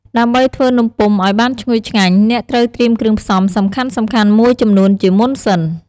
ដើម្បីធ្វើនំពុម្ពឱ្យបានឈ្ងុយឆ្ងាញ់ អ្នកត្រូវត្រៀមគ្រឿងផ្សំសំខាន់ៗមួយចំនួនជាមុនសិន។